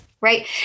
right